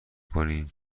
کنیم